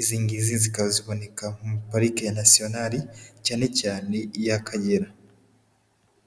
izi ngizi zikaba ziboneka muri parike nasiyonale cyane cyane iy'Akagera.